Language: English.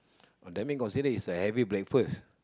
oh that mean considered it's the heavy breakfast